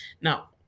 Now